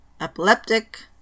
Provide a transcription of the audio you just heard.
epileptic